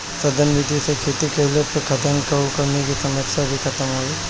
सघन विधि से खेती कईला पे खाद्यान कअ कमी के समस्या भी खतम होई